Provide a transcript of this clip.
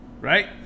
Right